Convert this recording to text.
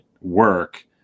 work